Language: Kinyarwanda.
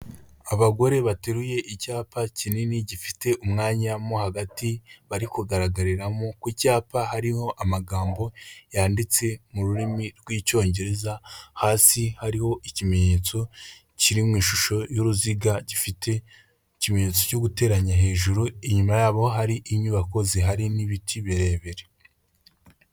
Abagore bateruye icyapa kinini gifite umwanya mo hagati, bari kugaragariramo ,ku cyapa hariho amagambo yanditse mu rurimi rw'icyongereza, hasi hariho ikimenyetso kiri mu ishusho y'uruziga, gifite ikimenyetso cyo guteranya hejuru, inyuma yabo hari inyubako zihari n'ibiti birebire.